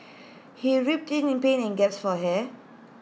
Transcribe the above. he in pain and gasped for air